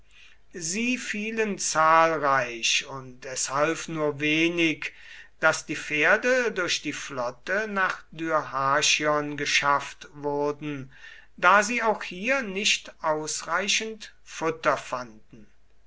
sie fielen zahlreich und es half nur wenig daß die pferde durch die flotte nach dyrrhachion geschafft wurden da sie auch hier nicht ausreichend futter fanden